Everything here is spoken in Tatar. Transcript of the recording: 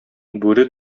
бүре